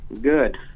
Good